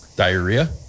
Diarrhea